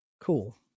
Cool